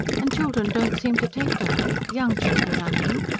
and children don't seem to take to her young children, i mean.